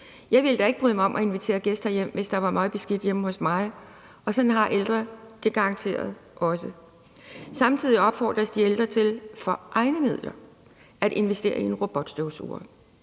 Jeg ville da ikke bryde om at invitere gæster hjem, hvis der var møgbeskidt hjemme hos mig, og sådan har de ældre det garanteret også. Samtidig opfordres de ældre til for egne midler at investere i en robotstøvsuger.